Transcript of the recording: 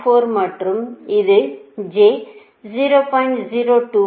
24 மற்றும் இது j 0